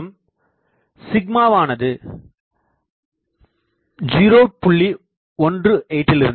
மேலும் வானது 0